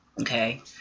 Okay